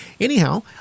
anyhow